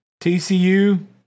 TCU